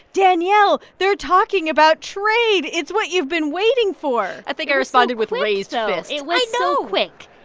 danielle, they're talking about trade. it's what you've been waiting for i think i responded with raised fists it was so quick,